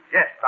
Yes